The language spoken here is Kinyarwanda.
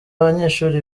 abanyeshuri